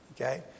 Okay